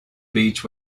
beach